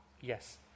Yes